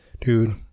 dude